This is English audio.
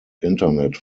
internet